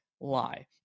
lie